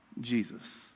Jesus